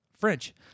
French